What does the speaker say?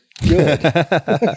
good